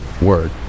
Word